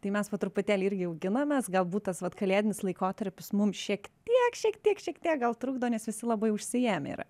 tai mes po truputėlį irgi auginamės galbūt tas vat kalėdinis laikotarpis mums šiek tiek šiek tiek šiek tiek gal trukdo nes visi labai užsiėmę yra